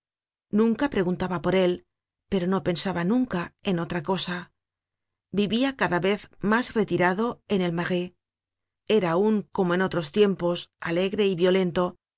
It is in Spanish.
nunca preguntaba por él pero no pensaba nunca en otra cosa vivia cada vez mas retirado en el marais era aun como en otros tiempos alegre y violento